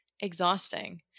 exhausting